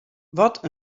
wat